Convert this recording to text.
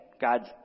God's